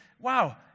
wow